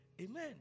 Amen